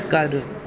ਘਰ